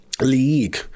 league